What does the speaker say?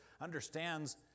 understands